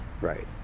right